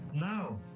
Now